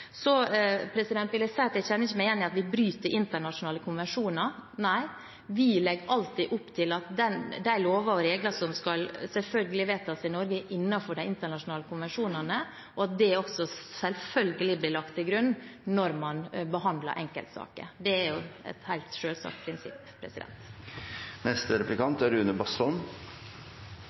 Så vil jeg si at jeg ikke kjenner meg igjen i at vi bryter internasjonale konvensjoner. Nei, vi legger opp til at lover og regler som skal vedtas, alltid er innenfor de internasjonale konvensjonene, og at det selvfølgelig også blir lagt til grunn når man behandler enkeltsaker. Det er et helt selvsagt prinsipp. Jeg synes det er